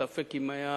ספק אם היה